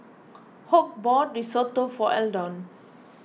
Hoke bought Risotto for Eldon